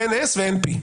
אין S ואין P,